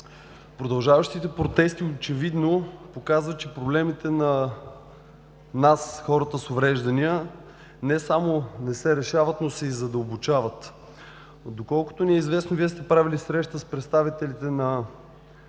Продължаващите протести очевидно показват, че проблемите на нас, хората с увреждания, не само не се решават, но се и задълбочават. Доколкото ни е известно, Вие сте правили среща с представителите на